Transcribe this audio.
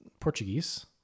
portuguese